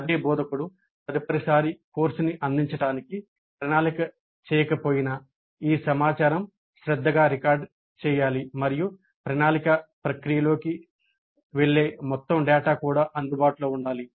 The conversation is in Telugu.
అదే బోధకుడు తదుపరిసారి కోర్సును అందించడానికి ప్రణాళిక చేయకపోయినా ఈ సమాచారం శ్రద్ధగా రికార్డ్ చేయాలి మరియు ప్రణాళిక ప్రక్రియలోకి వెళ్ళే మొత్తం డేటా కూడా అందుబాటులో ఉండాలి